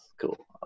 cool